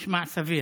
נשמע סביר.